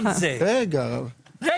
ברור.